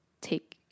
take